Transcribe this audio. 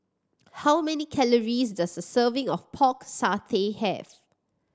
how many calories does a serving of Pork Satay have